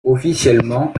officiellement